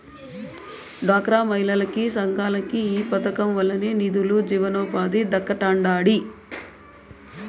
డ్వాక్రా మహిళలకి, సంఘాలకి ఈ పదకం వల్లనే నిదులు, జీవనోపాధి దక్కతండాడి